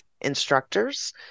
instructors